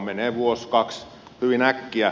menee vuosi kaksi hyvin äkkiä